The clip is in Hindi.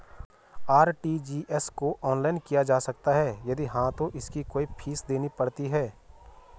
आर.टी.जी.एस को ऑनलाइन किया जा सकता है यदि हाँ तो इसकी कोई फीस देनी पड़ती है?